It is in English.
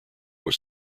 was